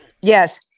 Yes